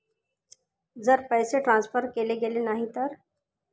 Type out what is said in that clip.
जर पैसे ट्रान्सफर केले गेले नाही तर?